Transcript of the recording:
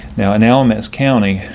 now in alamance county,